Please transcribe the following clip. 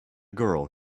girl